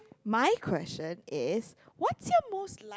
my question is what's your most